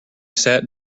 sat